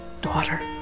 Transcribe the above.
Daughter